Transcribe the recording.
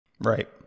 Right